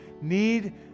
need